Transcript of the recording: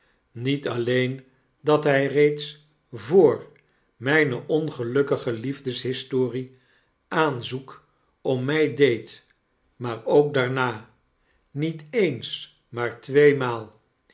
niet alleen dat hy reeds vr mijne ongelukkige liefdeshistorie aanzoek om my deed maar ook daarna niet eens maar tweemaal